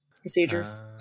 procedures